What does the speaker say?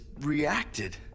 reacted